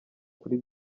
kuri